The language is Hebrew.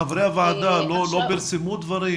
חברי הוועדה לא פרסמו דברים?